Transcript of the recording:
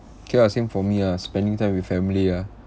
okay lah same for me ah spending time with family ah